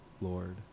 Lord